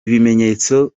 ibimenyetso